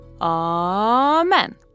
Amen